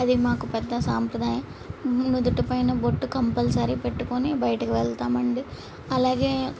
అది మాకు పెద్ద సాంప్రదాయం నుదుటిపైన బొట్టు కంపల్సరీ పెట్టుకోని బయటికి వెళ్తామండి అలాగే